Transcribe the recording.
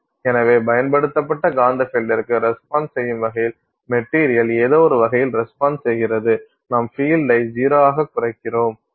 எனவே பயன்படுத்தப்பட்ட காந்த பீல்டிற்கு ரெஸ்பான்ஸ் செய்யும்வகையில் மெட்டீரியல் ஏதோ ஒரு வகையில் ரெஸ்பான்ஸ் செய்கிறது நாம் பீல்டை 0 ஆக குறைக்கிறோம்